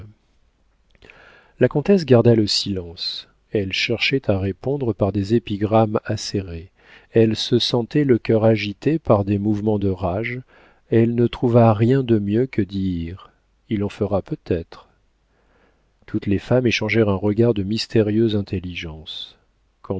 la comtesse garda le silence elle cherchait à répondre par des épigrammes acérées elle se sentait le cœur agité par des mouvements de rage elle ne trouva rien de mieux que dire il en fera peut-être toutes les femmes échangèrent un regard de mystérieuse intelligence